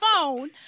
phone